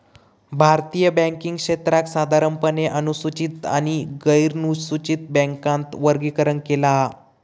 भारतीय बॅन्किंग क्षेत्राक साधारणपणे अनुसूचित आणि गैरनुसूचित बॅन्कात वर्गीकरण केला हा